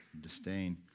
disdain